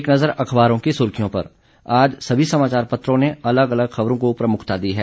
एक नज़र अखबारों की सुर्खियों पर आज सभी समाचार पत्रों ने अलग अलग खबरों को प्रमुखता दी है